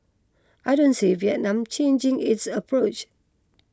I don't see Vietnam changing its approach